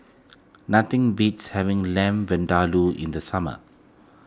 nothing beats having Lamb Vindaloo in the summer